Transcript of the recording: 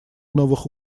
новых